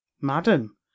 Madam